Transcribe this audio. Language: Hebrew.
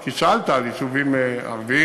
כי שאלת על יישובים ערביים,